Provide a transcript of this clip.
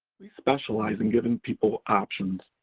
we specialize in giving people options,